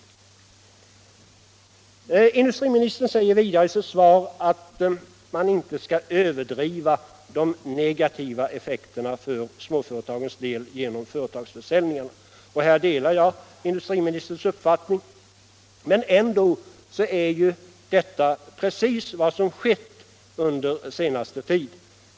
Industriministern säger vidare i sitt svar att man inte skall överdriva de negativa effekterna för småföretagens del av företagsförsäljningarna. Och här delar jag industriministerns uppfattning. Men ändå är det precis vad som skett under den senaste tiden.